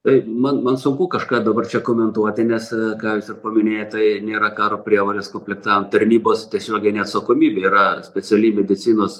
taip man man sunku kažką dabar čia komentuoti nes ką jūs ir paminėjot tai nėra karo prievolės komplektavimo tarnybos tiesioginė atsakomybė yra speciali medicinos